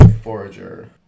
Forager